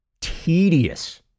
tedious